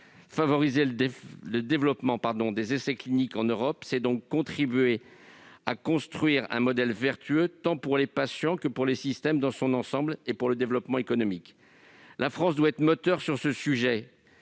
Favoriser le développement des essais cliniques en Europe, c'est donc contribuer à construire un modèle vertueux tant pour les patients que pour le système dans son ensemble et pour le développement économique. La France doit jouer un rôle moteur sur ce sujet